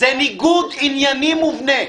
זה ניגוד עניינים מובנה.